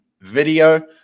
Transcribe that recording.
video